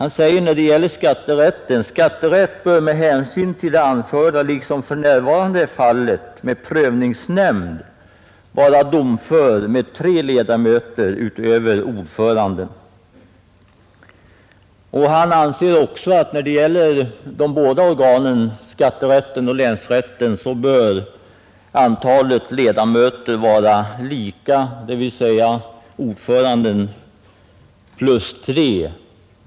När det gäller skatterätt säger han att sådan rätt bör liksom för närvarande är fallet med prövningsnämnd vara domför med tre ledamöter utöver ordföranden. Han säger också att när det gäller båda organen — skatterätten och länsrätten — bör antalet ledamöter vara lika, dvs. ordföranden plus tre.